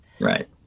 Right